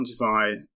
quantify